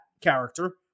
character